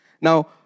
Now